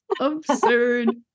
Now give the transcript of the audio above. Absurd